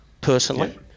personally